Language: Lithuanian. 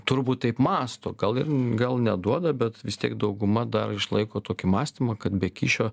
turbūt taip mąsto gal ir gal neduoda bet vis tiek dauguma dar išlaiko tokį mąstymą kad be kyšio